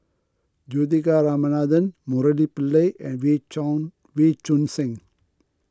Juthika Ramanathan Murali Pillai and Wee Wee Choon Seng